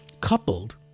coupled